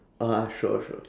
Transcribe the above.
ah sure sure